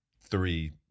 three